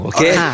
Okay